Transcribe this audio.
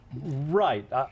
Right